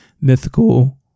mythical